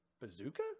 Bazooka